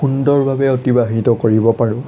সুন্দৰভাৱে অতিবাহিত কৰিব পাৰোঁ